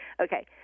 Okay